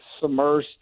submersed